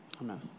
amen